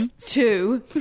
Two